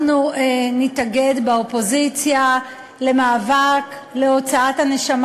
אנחנו באופוזיציה נתאגד למאבק להוצאת הנשמה